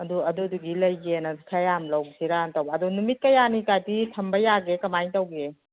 ꯑꯗꯨ ꯑꯗꯨꯗꯨꯒꯤ ꯂꯩꯒꯦꯅ ꯈꯔ ꯌꯥꯝ ꯂꯧꯁꯤꯔꯅ ꯇꯧꯕ ꯑꯗꯨ ꯅꯨꯃꯤꯠ ꯀꯌꯥꯅꯤꯀꯗꯤ ꯊꯝꯕ ꯌꯥꯒꯦ ꯀꯃꯥꯏꯅ ꯇꯧꯒꯦ